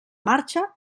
marxa